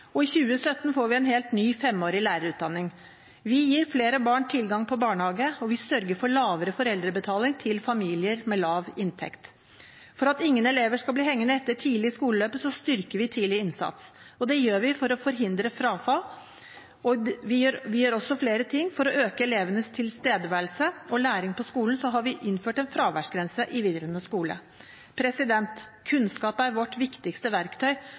og i 2017 får vi en helt ny femårig lærerutdanning. Vi gir flere barn tilgang på barnehage, og vi sørger for lavere foreldrebetaling til familier med lav inntekt. For at ingen elever skal bli hengende etter tidlig i skoleløpet, styrker vi tidlig innsats, og det gjør vi for å forhindre frafall. Vi gjør også flere ting for å øke elevenes tilstedeværelse og læring på skolen, bl.a. har vi innført en fraværsgrense i videregående skole. Kunnskap er vårt viktigste verktøy